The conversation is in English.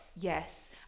Yes